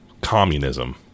communism